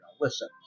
listen